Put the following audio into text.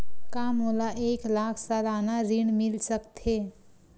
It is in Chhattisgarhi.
का मोला एक लाख सालाना ऋण मिल सकथे?